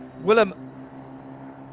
Willem